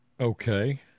Okay